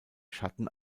schatten